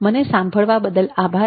મને સાંભળવા બદલ આભાર